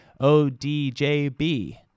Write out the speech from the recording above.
ODJB